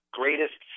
greatest